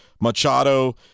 Machado